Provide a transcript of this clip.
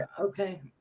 okay